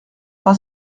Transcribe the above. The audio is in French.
pas